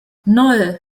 nan